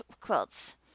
quilts